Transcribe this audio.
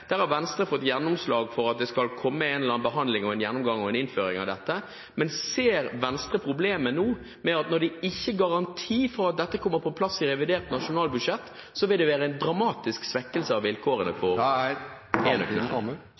eller annen behandling, en gjennomgang og en innføring av dette. Men ser Venstre problemet nå med at når det ikke er en garanti for at dette kommer på plass i revidert nasjonalbudsjett , vil det være en dramatisk svekkelse av vilkårene for